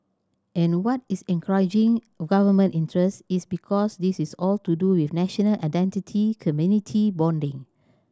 and what is encouraging Government interest is because this is all to do with national identity community bonding